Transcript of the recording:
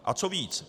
A co víc?